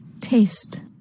taste